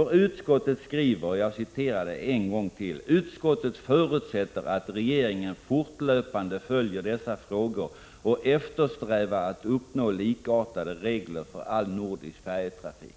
Utskottet skriver: ”Utskottet förutsätter att regeringen fortlöpande följer dessa frågor och eftersträvar att uppnå likartade regler för all nordisk färjetrafik.”